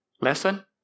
Lesson